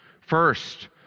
First